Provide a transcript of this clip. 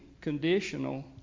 conditional